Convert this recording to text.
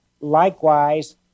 likewise